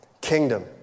kingdom